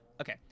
okay